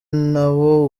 nawo